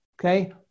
okay